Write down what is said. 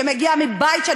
שמגיע מבית ש,